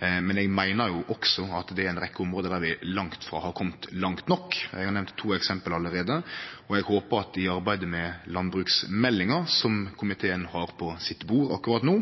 men eg meiner også at det er ei rekkje område der vi langt frå har kome langt nok. Eg har nemnt to eksempel allereie, og eg håpar at ein i arbeidet med landbruksmeldinga, som komiteen har på sitt bord akkurat no,